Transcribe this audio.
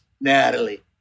Natalie